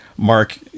Mark